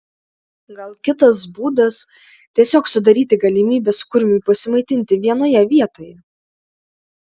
gal kitas būdas tiesiog sudaryti galimybes kurmiui pasimaitinti vienoje vietoje